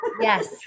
yes